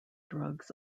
drugs